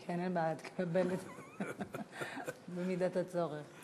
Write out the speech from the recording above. כן, אין בעיה, תקבל במידת הצורך.